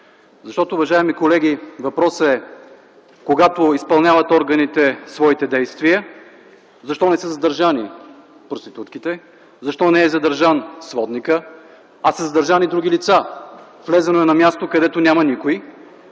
тезата. Уважаеми колеги, въпросът е: когато органите изпълняват своите действия, защо не са задържани проститутките, защо не е задържан сводникът, а са задържани други лица. Влизано е на място, където няма никой,